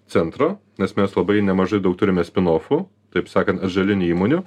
centro nes mes labai nemažai daug turime spinofų taip sakant atžalinių įmonių